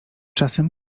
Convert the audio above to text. czasem